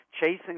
chasing